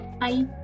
Bye